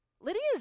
Lydia's